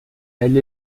elle